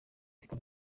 ariko